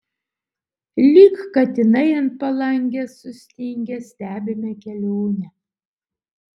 lyg katinai ant palangės sustingę stebime kelionę